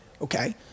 okay